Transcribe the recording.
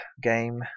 game